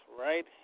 right